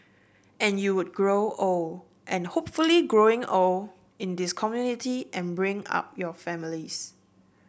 and you would grow old and hopefully grow old in this community and bring up your families